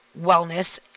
wellness